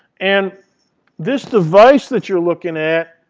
and this device that you're looking at,